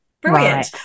Brilliant